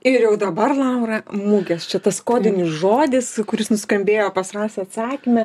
ir jau dabar laura mugės čia tas kodinis žodis kuris nuskambėjo pas rasą atsakyme